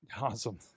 Awesome